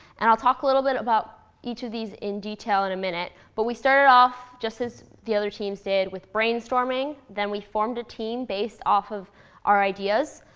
and i'll talk a little bit about each of these in detail in a minute. but we started off just as the other teams did with brainstorming. then we formed a team based off of our ideas.